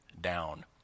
down